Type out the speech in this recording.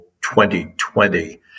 2020